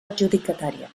adjudicatària